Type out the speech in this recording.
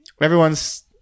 everyone's